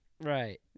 Right